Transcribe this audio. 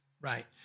Right